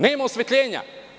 Nema osvetljenja.